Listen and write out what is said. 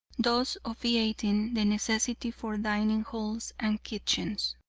thus obviating the necessity for dining halls and kitchens.